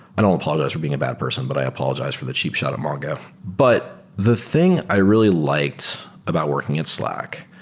i don't apologize for being a bad person, but i apologize for the cheap shot at margo. but the thing i really liked about working at slack,